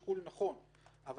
צריך להחליט אם